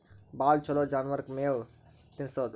ಭಾಳ ಛಲೋ ಜಾನುವಾರಕ್ ಯಾವ್ ಮೇವ್ ತಿನ್ನಸೋದು?